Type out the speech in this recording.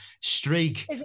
streak